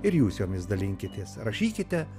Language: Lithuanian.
ir jūs jomis dalinkitės rašykite